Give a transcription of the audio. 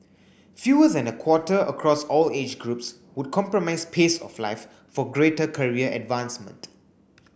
fewer than a quarter across all age groups would compromise pace of life for greater career advancement